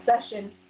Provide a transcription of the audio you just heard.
session